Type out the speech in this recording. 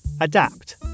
Adapt